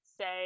say